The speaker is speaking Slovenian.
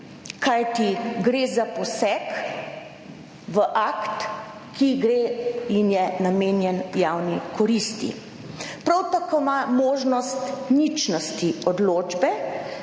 kajti gre za poseg v akt, ki je namenjen javni koristi. Prav tako ima možnost ničnosti odločbe,